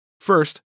First